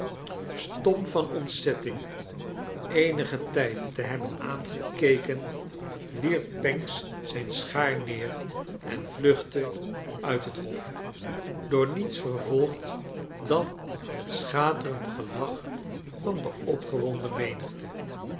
stom charles dickens van ontzetting eenigen tijd te hebben aangekeken wierp pancks zijn schaar neer en vluchtte uit het hof door niets vervolgd dan het schaterend gelach van de opgewonden menigte